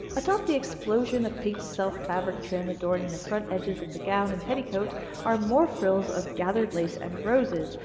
atop the explosion of pinked self-fabric trim adorning the front edges of the gown and petticoat are more frills of gathered lace and roses,